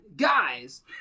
Guys